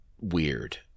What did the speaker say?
weird